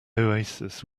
oasis